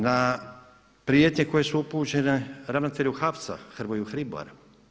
Na prijetnje koje su upućene ravnatelju HAVC-a Hrvoju Hribaru.